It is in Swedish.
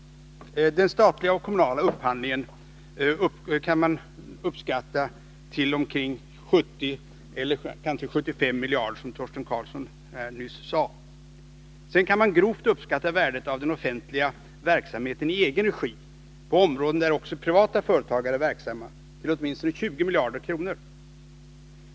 Den statliga och kommunala upphandlingen beräknas uppgå till omkring 70 miljarder kronor per år — eller kanske 75 miljarder, som Torsten Karlsson nyss sade. Vidare kan man grovt uppskatta värdet av den offentliga verksamheten i egen regi på områden där också privata företagare är verksamma till åtminstone 20 miljarder kronor.